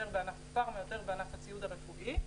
בענף הפארמה ובענף הציוד הרפואי.